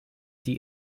die